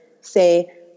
say